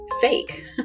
fake